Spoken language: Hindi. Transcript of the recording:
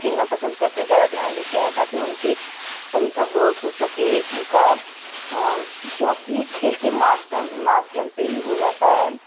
खेलना पसंद करते हैं ज्यादा ध्यान देते हैं ताकि उनके शरीर का ग्रोथ हो सके उनका जॉब भी खेल के माध्यम माध्यम से ही हो जाता है